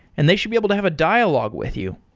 and they should be able to have a dialogue with you.